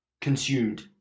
consumed